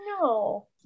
No